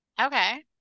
Okay